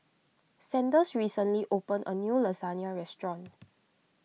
Sanders recently opened a new Lasagne restaurant